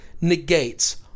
negates